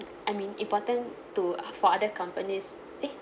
I mean important to for other companies eh